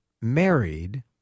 married